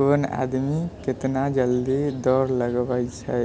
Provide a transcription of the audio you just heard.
कौन आदमी कितना जल्दी दौड़ लगबै छै